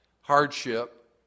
hardship